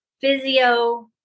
physio